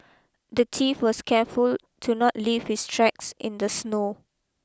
the thief was careful to not leave his tracks in the snow